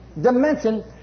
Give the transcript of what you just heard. dimension